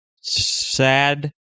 Sad